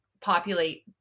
populate